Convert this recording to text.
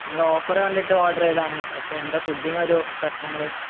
നിങ്ങളുടെ ഓഫർ കണ്ടിട്ട് ഓഡർ ചെയ്തതാണ് പഷെ എന്തോ ഫുഡ്ഡിനൊരു പ്രശ്നങ്ങൾ